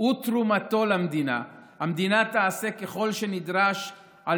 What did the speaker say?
ותרומתו למדינה המדינה תעשה ככל שנדרש על